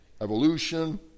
Evolution